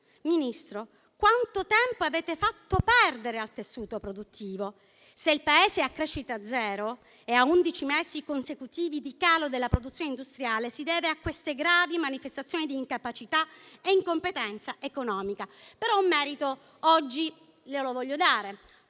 perso: quanto tempo avete fatto perdere al tessuto produttivo? Se il Paese è a crescita zero e ha undici mesi consecutivi di calo della produzione industriale, si deve a queste gravi manifestazioni di incapacità e incompetenza economica. Tuttavia, un merito oggi al Ministro